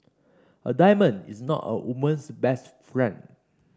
a diamond is not a woman's best friend